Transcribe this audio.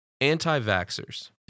Anti-vaxxers